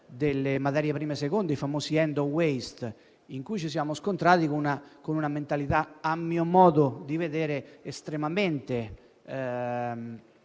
delle materie prime seconde, il famoso *end of waste,* in cui ci siamo scontrati con una mentalità, a mio modo di vedere, estremamente